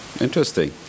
interesting